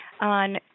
on